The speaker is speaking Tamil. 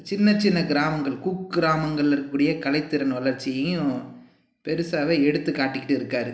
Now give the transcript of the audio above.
சின்னச் சின்ன கிராமங்களுக்கு குக்கிராமங்களில் இருக்கக்கூடிய கலைத்திறன் வளர்ச்சியையும் பெரிசாவே எடுத்து காட்டிக்கிட்டு இருக்கார்